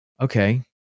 Okay